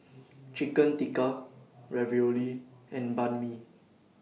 Chicken Tikka Ravioli and Banh MI